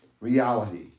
reality